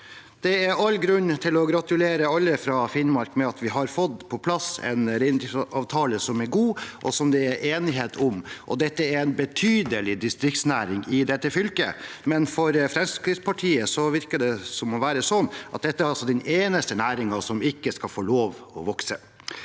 Det er all grunn til å gratulere alle fra Finnmark med at vi får på plass en reindriftsavtale som er god, og som det er enighet om. Dette er en betydelig distriktsnæring i dette fylket, men på Fremskrittspartiet virker det som om dette er den eneste næringen som ikke skal få lov til å vokse.